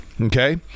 okay